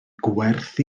gwerth